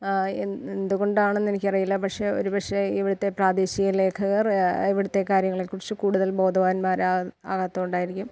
N എന്തുകൊണ്ടാണെന്നെനിക്കറിയില്ല പക്ഷെ ഒരു പക്ഷെ ഇവിടുത്തെ പ്രാദേശിക ലേഖകർ ഇവിടുത്തെ കാര്യങ്ങളെക്കുറിച്ച് കൂടുതൽ ബോധവാന്മാരാകാത്തതു കൊണ്ടായിരിക്കും